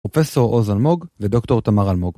פרופסור עוז אלמוג לדוקטור תמר אלמוג.